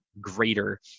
greater